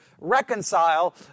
reconcile